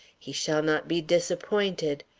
he shall not be disappointed.